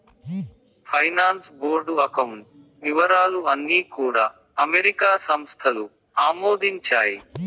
finance board account వివరాలు అన్నీ కూడా అమెరికా సంస్థలు ఆమోదించాయి